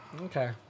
Okay